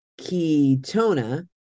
ketona